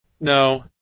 no